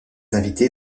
invités